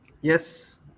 Yes